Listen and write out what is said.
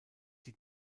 die